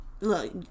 Look